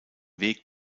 weg